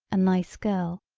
a nice girl.